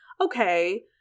okay